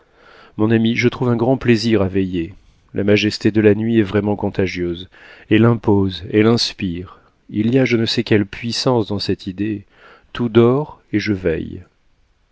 mon ami je trouve un grand plaisir à veiller la majesté de la nuit est vraiment contagieuse elle impose elle inspire il y a je ne sais quelle puissance dans cette idée tout dort et je veille